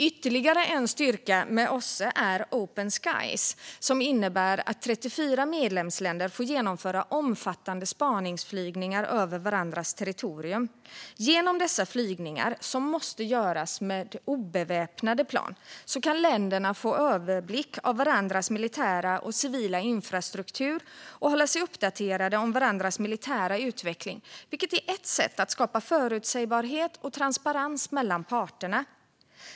Ytterligare en styrka med OSSE är Open Skies, som innebär att 34 medlemsländer får genomföra omfattande spaningsflygningar över varandras territorium. Genom dessa flygningar, som måste göras med obeväpnade plan, kan länderna få en överblick över varandras militära och civila infrastrukturer och hålla sig uppdaterade om varandras militära utveckling, vilket är ett sätt att skapa förutsägbarhet och transparens mellan parterna.